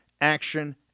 action